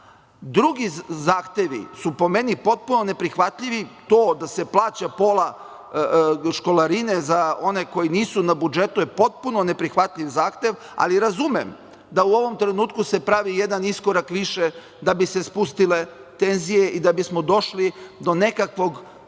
zahtevi su po meni potpuno neprihvatljivi, da se plaća pola školarine za one koji nisu na budžetu. To je potpuno neprihvatljiv zahtev, ali razumem da se u ovom trenutku pravi jedan iskorak više da bi se spustile tenzije i da bismo došli do nekakvog